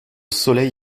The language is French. soleil